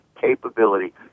capability